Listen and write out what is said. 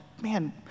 man